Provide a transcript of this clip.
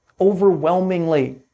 overwhelmingly